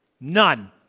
None